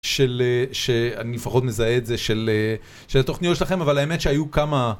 שאני לפחות מזהה את זה, של התוכניות שלכם, אבל האמת שהיו כמה...